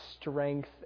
strength